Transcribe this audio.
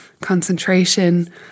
concentration